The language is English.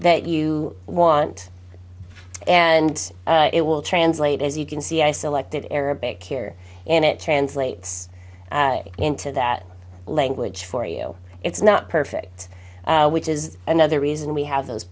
that you want and it will translate as you can see i selected arabic here and it translates into that language for you it's not perfect which is another reason we have those